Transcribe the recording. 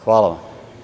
Hvala vam.